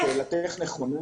שאלתך נכונה.